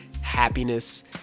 happiness